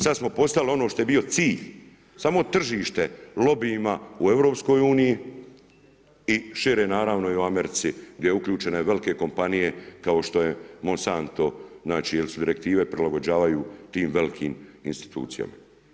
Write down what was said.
Sada smo postali ono što je bio cilj, samo tržište lobijima u EU i šire naravno i u Americi gdje je uključeno i velike kompanije kao što je Monsanto jer se direktive prilagođavaju tim velikim institucijama.